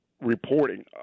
reporting